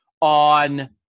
on